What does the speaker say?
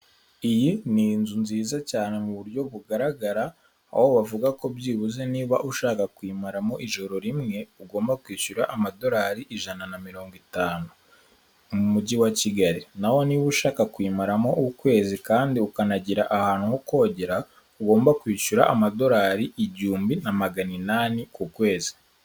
Iyi ni inzu nziza cyane mu buryo bugaragara, aho bavuga ko byibuze niba ushaka kuyimara mu ijoro rimwe ugomba kwishyura amadolari ijana na mirongo itanu mu mujyi wa Kigali; naho niba ushaka kuyimaramo ukwezi kandi ukanagira ahantu ho kogera, ugomba kwishyura amadorari igihumbi na maganinani ku kwezi.